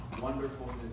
wonderful